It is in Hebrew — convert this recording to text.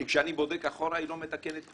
כי כשאני בודק אחורה, היא לא מתקנת כלום.